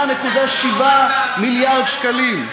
27.7 מיליארד שקלים.